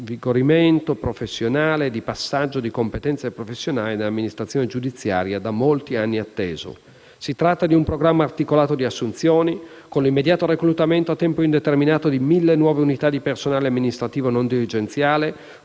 di passaggio di competenze professionali nell'amministrazione giudiziaria da molti anni atteso. Si tratta di un programma articolato di assunzioni, con l'immediato reclutamento a tempo indeterminato di mille nuove unità di personale amministrativo non dirigenziale,